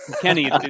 Kenny